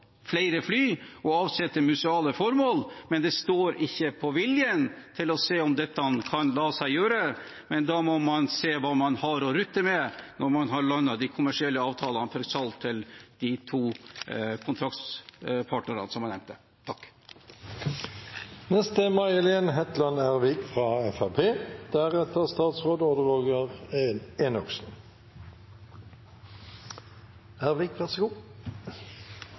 flere fly å avse til museale formål. Det står ikke på viljen til å se om dette kan la seg gjøre, men man må se hva man har å rutte med når man har landet de kommersielle avtalene for salg til de to kontraktspartnerne som jeg nevnte. Dette er en viktig sak i et historisk perspektiv. Det er en